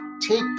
take